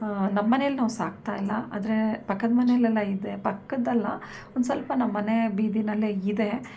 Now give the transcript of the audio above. ನಮ್ಮ ಮನೆಯಲ್ ನಾವು ಸಾಕ್ತಾಯಿಲ್ಲ ಆದರೆ ಪಕ್ಕದ ಮನೆಯಲ್ಲೆಲ್ಲ ಇದೆ ಪಕ್ಕದ ಅಲ್ಲ ಒಂದು ಸ್ವಲ್ಪ ನಮ್ಮ ಮನೆ ಬೀದಿಯಲ್ಲೇ ಇದೆ